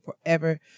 forever